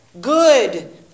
Good